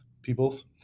peoples